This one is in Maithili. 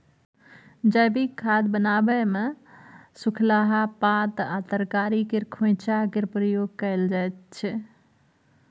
जैबिक खाद बनाबै मे सुखलाहा पात आ तरकारी केर खोंइचा केर प्रयोग कएल जाइत छै